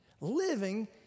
Living